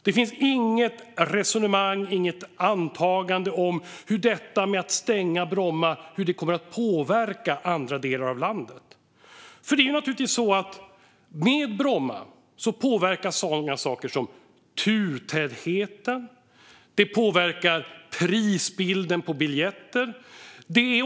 Det finns inget resonemang, inget antagande, om hur detta med att stänga Bromma kommer att påverka andra delar av landet. Med Bromma påverkas sådant som turtätheten och prisbilden på biljetten.